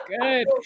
Good